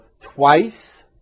twice